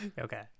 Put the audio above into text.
Okay